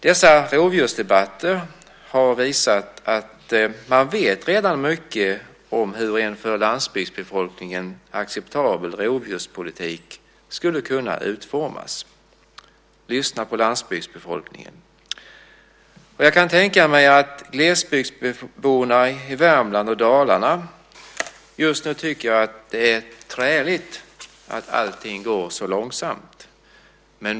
Dessa rovdjursdebatter har visat att man redan vet mycket om hur en för landsbygdsbefolkningen acceptabel rovdjurspolitik skulle kunna utformas. Lyssna på landsbygdsbefolkningen. Jag kan tänka mig att glesbygdsborna i Värmland och Dalarna just nu tycker att det är träligt att allt går så långsamt.